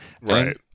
right